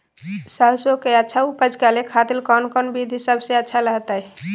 सरसों के अच्छा उपज करे खातिर कौन कौन विधि सबसे अच्छा रहतय?